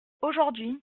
aujourd’hui